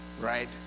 right